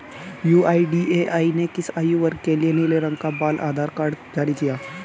UIDAI ने किस आयु वर्ग के लिए नीले रंग का बाल आधार कार्ड जारी किया है?